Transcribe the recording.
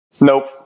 Nope